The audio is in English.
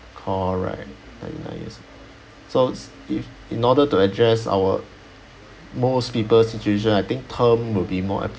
correct very nice so s~ if in order to address our most people situation I think term would be more applicable